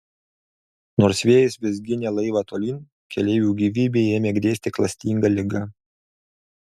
nors vėjas vis ginė laivą tolyn keleivių gyvybei ėmė grėsti klastinga liga